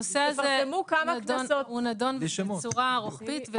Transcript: הנושא הזה בצורה רוחבית.